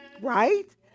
Right